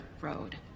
road